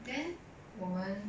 then 我们